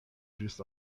ĵus